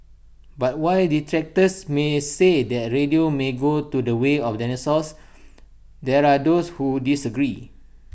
but while detractors may say that radio may go to the way of dinosaur there are those who disagree